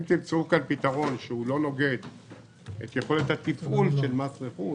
אם תמצאו כאן פתרון שלא נוגד את יכולת התפעול של מס רכוש